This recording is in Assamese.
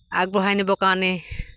আগবঢ়াই নিবৰ কাৰণে